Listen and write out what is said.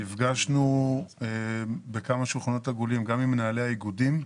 נפגשנו בכמה שולחנות עגולים גם עם מנהלי האיגודים,